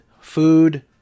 food